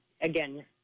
again